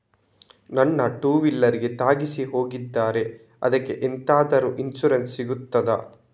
ನನ್ನ ಟೂವೀಲರ್ ಗೆ ತಾಗಿಸಿ ಹೋಗಿದ್ದಾರೆ ಅದ್ಕೆ ಎಂತಾದ್ರು ಇನ್ಸೂರೆನ್ಸ್ ಸಿಗ್ತದ?